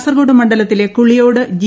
കാസർകോട് മണ്ഡലത്തിലെ കുളിയോട് ജി